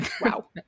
Wow